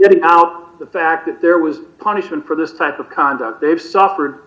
w the fact that there was punishment for this type of conduct they've suffered